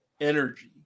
energy